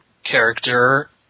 character